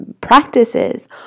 practices